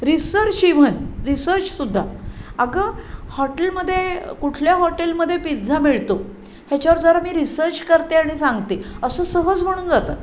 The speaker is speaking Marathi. रिसर्च इव्हन रिसर्चसुद्धा अगं हॉटेलमध्ये कुठल्या हॉटेलमध्ये पिझ्झा मिळतो ह्याच्यावर जरा मी रिसर्च करते आणि सांगते असं सहज म्हणून जातं